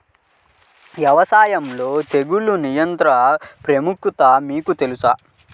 వ్యవసాయంలో తెగుళ్ల నియంత్రణ ప్రాముఖ్యత మీకు తెలుసా?